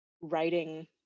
writing